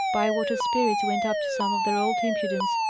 bywater's spirits went up to some of their old impudence.